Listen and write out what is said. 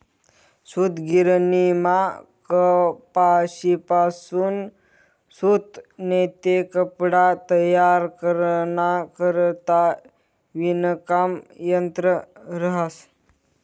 सूतगिरणीमा कपाशीपासून सूत नैते कपडा तयार कराना करता विणकाम यंत्र रहास